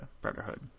Brotherhood